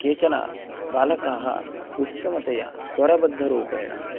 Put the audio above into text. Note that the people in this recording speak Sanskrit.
केचन बालकाः उत्तमतया स्वरबद्धरूपेण